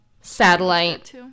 Satellite